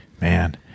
Man